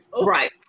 right